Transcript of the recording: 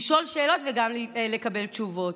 לשאול שאלות וגם לקבל תשובות.